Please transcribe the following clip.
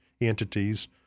entities